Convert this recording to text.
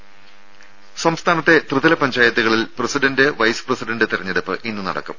ദേദ സംസ്ഥാനത്തെ ത്രിതല പഞ്ചായത്തുകളിൽ പ്രസിഡന്റ് വൈസ് പ്രസിഡന്റ് തിരഞ്ഞെടുപ്പ് ഇന്ന് നടക്കും